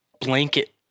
blanket